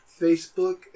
Facebook